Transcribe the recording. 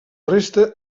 resta